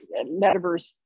metaverse